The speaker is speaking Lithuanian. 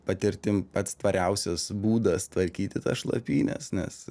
patirtim pats tvariausias būdas tvarkyti šlapynes nes